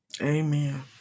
Amen